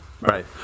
right